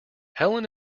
helen